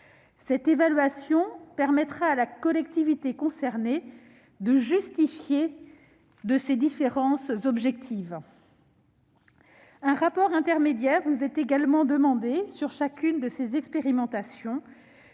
Cette évaluation permettra à la collectivité concernée de justifier de ces différences objectives. Un rapport intermédiaire vous est également demandé sur chacune de ces expérimentations.